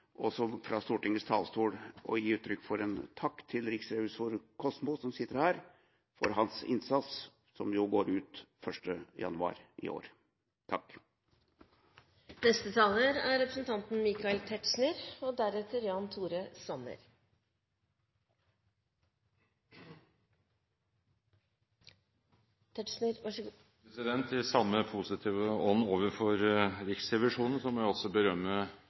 fra Stortingets talerstol å gi uttrykk for en takk til riksrevisor Kosmo, som sitter her, for hans innsats, som går ut 1. januar neste år. I samme positive ånd overfor Riksrevisjonen må jeg også berømme etaten for i dette dokumentet å ha fremlagt noe av det mest interessante og tankevekkende som er forelagt, i